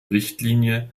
richtlinie